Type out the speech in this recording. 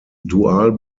dual